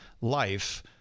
life